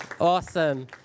Awesome